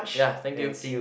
ya thank you